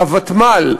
הוותמ"ל,